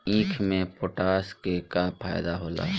ईख मे पोटास के का फायदा होला?